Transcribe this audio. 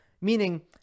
meaning